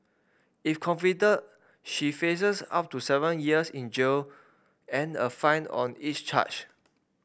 if convicted she faces up to seven years in jail and a fine on each charge